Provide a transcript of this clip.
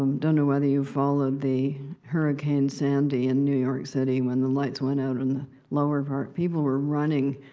um don't know whether you've followed the hurricane sandy in new york city, when the lights went out in and the lower part people were running.